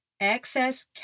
Excess